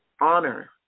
honor